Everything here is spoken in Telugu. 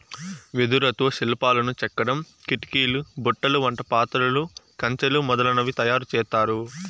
వెదురుతో శిల్పాలను చెక్కడం, కిటికీలు, బుట్టలు, వంట పాత్రలు, కంచెలు మొదలనవి తయారు చేత్తారు